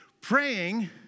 praying